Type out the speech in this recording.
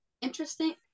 interesting